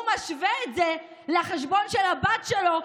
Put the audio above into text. הוא משווה את זה לחשבון של הבת שלו,